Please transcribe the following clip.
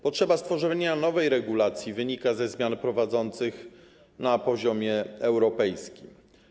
Potrzeba stworzenia nowej regulacji wynika ze zmian prowadzonych na poziomie europejskim.